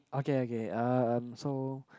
okay okay um so